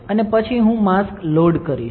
અને પછી હું માસ્ક લોડ કરીશ